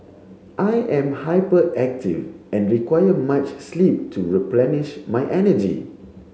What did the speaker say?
I am hyperactive and require much sleep to replenish my energy